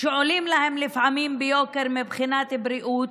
שעולים להם לפעמים ביוקר מבחינת בריאות,